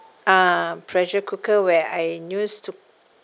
uh pressure cooker where I used to